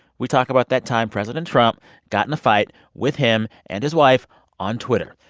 we talk about that time president trump got in a fight with him and his wife on twitter.